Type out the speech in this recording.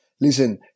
listen